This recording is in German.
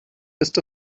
ist